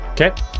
okay